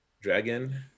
dragon